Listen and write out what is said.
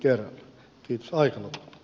aika loppuu